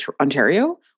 Ontario